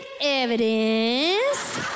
evidence